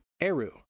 Eru